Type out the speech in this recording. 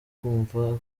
kumva